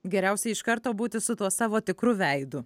geriausia iš karto būti su tuo savo tikru veidu